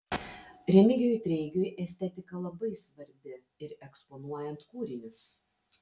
remigijui treigiui estetika labai svarbi ir eksponuojant kūrinius